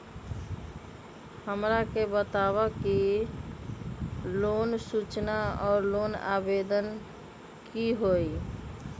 हमरा के बताव कि लोन सूचना और लोन आवेदन की होई?